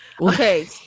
okay